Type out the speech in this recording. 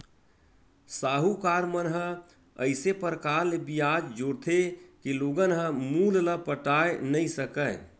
साहूकार मन ह अइसे परकार ले बियाज जोरथे के लोगन ह मूल ल पटाए नइ सकय